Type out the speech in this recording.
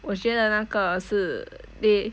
我觉得那个是 they